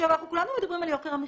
אנחנו כולנו מדברים על יוקר המחיה.